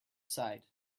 side